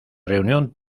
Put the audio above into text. reunión